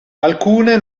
alcune